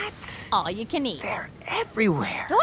all you can eat they're everywhere go